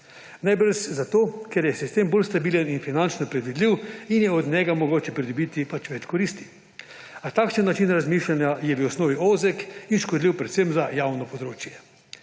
Najbrž zato, ker je sistem bolj stabilen in finančno predvidljiv in je od njega mogoče pridobiti pač več koristi. A takšen način razmišljanja je v osnovi ozek in škodljiv predvsem za javno področje.